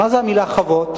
מה זה המלה חוות?